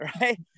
right